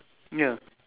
ya